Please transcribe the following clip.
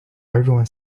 everyone